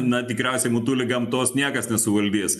na tikriausiai motulė gamtos niekas nesuvaldys